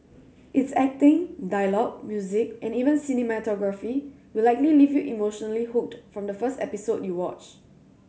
its acting dialogue music and even cinematography will likely leave you emotionally hooked from the first episode you watch